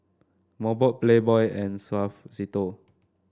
Mobot Playboy and Suavecito